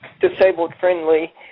disabled-friendly